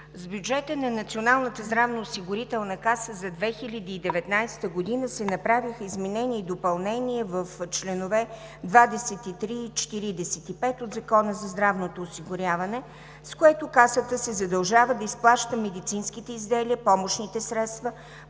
С бюджета на Националната здравноосигурителна каса за 2019 г. се направиха изменения и допълнения в членове 23 и 45 от Закона за здравното осигуряване, с което Касата се задължава да изплаща медицинските изделия, помощните средства,